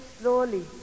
slowly